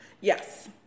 Yes